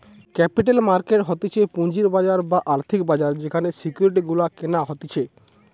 capital market হতিছে পুঁজির বাজার বা আর্থিক বাজার যেখানে সিকিউরিটি গুলা কেনা হতিছে